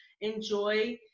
enjoy